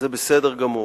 זה בסדר גמור.